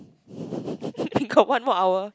got one more hour